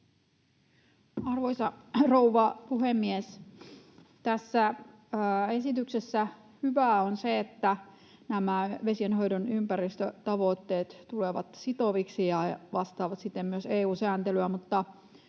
Arvoisa rouva puhemies! Tässä esityksessä hyvää on se, että nämä vesienhoidon ympäristötavoitteet tulevat sitoviksi ja vastaavat siten myös EU-sääntelyä.